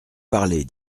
parler